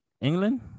England